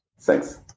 Thanks